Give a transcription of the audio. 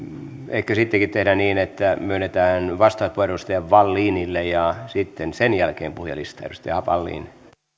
ehkä sittenkin tehdään niin että myönnetään vastauspuheenvuoro edustaja wallinille ja sitten sen jälkeen puhujalistaan edustaja wallin kiitos